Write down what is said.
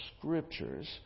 scriptures